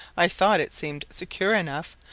i thought it seemed secure enough,